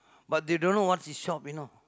but they don't know what's this shop you know